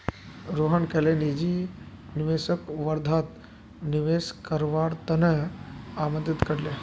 सोहन कईल निजी निवेशकक वर्धात निवेश करवार त न आमंत्रित कर ले